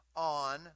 On